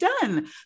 done